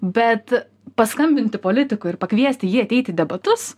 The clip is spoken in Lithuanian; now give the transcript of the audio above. bet paskambinti politikui ir pakviesti jį ateiti į debatus